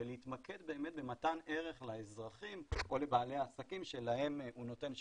ולהתמקד באמת במתן ערך לאזרחים או לבעלי עסקים שלהם הוא נותן שירות.